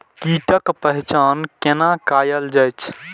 कीटक पहचान कैना कायल जैछ?